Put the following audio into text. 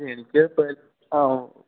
എനിക്ക് പേഴ് ആ ഓ